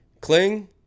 Cling